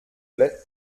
plait